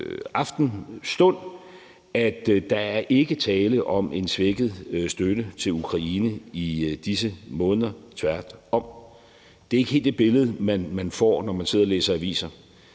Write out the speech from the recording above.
at der ikke er tale om en svækket støtte til Ukraine i disse måneder, tværtom. Det er ikke helt det billede, man får, når man sidder og læser aviser,